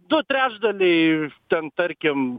du trečdaliai ten tarkim